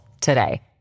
today